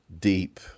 deep